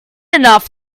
enough